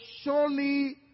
surely